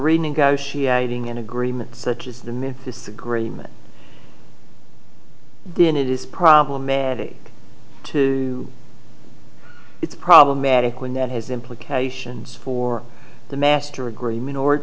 renegotiating an agreement such is the disagreement then it is problematic to it's problematic when that has implications for the master agreement or